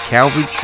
Calvary